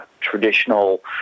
traditional